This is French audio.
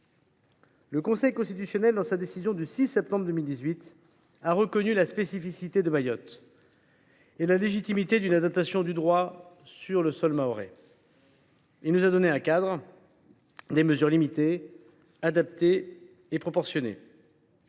Le Conseil constitutionnel, dans sa décision du 6 septembre 2018, a reconnu la spécificité de Mayotte et la légitimité d’une adaptation du droit sur le sol mahorais. Il nous a donné un cadre : les mesures doivent être limitées, adaptées et proportionnées.